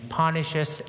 punishes